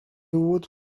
would